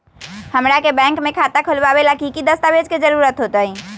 हमरा के बैंक में खाता खोलबाबे ला की की दस्तावेज के जरूरत होतई?